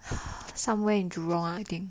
somewhere in jurong I think